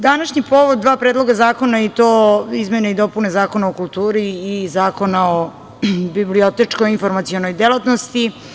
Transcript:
Današnji povod, dva predloga zakona, i to izmene i dopune Zakona o kulturi i Zakona o bibliotečko-informacionoj delatnosti.